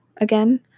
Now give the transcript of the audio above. again